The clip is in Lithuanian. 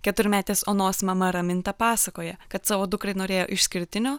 keturmetės onos mama raminta pasakoja kad savo dukrai norėjo išskirtinio